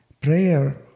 Prayer